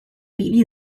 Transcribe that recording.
比例